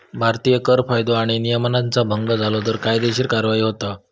भारतीत कर कायदो आणि नियमांचा भंग झालो तर कायदेशीर कार्यवाही होता